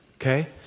Okay